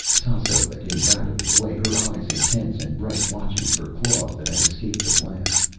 tasso led him rapidly away, her eyes intense and bright, watching for claws that had escaped the blast.